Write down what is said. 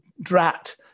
drat